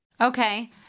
Okay